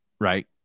right